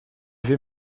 vais